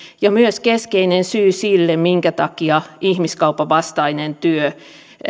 ja myös keskeinen syy sille minkä takia ihmiskaupan vastainen työ